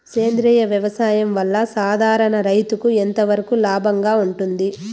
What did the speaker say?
సేంద్రియ వ్యవసాయం వల్ల, సాధారణ రైతుకు ఎంతవరకు లాభంగా ఉంటుంది?